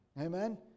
Amen